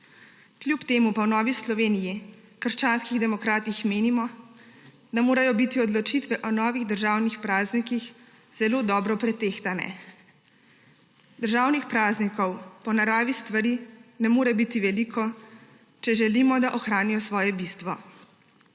Kljub temu pa v Novi Sloveniji – krščanskih demokratih menimo, da morajo biti odločitve o novih državnih praznikih zelo dobro pretehtane. Državnih praznikov po naravi stvari ne more biti veliko, če želimo, da ohranijo svoje bistvo.